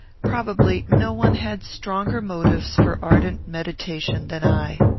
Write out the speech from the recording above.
probably no one had stronger motives for ardent meditation than i.